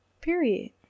Period